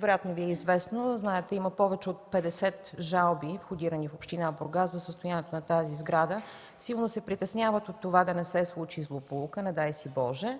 вероятно Ви е известно и го знаете, че има повече от 50 жалби, входирани в община Бургас за състоянието на тази сграда, сигурно се притесняват от това да не се случи злополука, не дай си Боже.